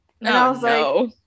No